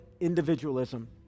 individualism